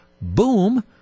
Boom